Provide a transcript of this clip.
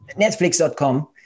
Netflix.com